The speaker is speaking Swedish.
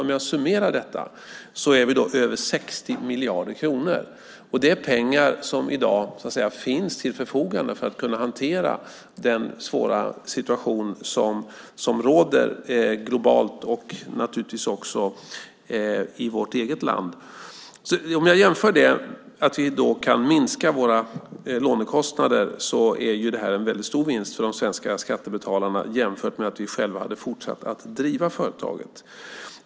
När vi summerar detta blir det över 60 miljarder kronor. Det är pengar som i dag finns till förfogande för att kunna hantera den svåra situation som råder globalt och naturligtvis också i vårt eget land. Med tanke på att vi i dag kan minska lånekostnader är det här en väldigt stor vinst för de svenska skattebetalarna jämfört med att vi själva hade fortsatt att driva företaget.